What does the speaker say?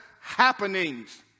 happenings